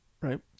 Right